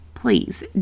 please